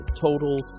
totals